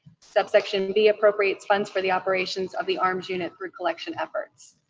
subsection b appropriates funds for the operations of the arms unit through collection efforts.